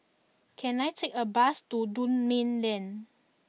can I take a bus to Dunman Lane